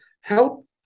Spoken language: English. help